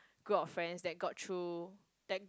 group of friends that got through that